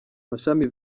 mashami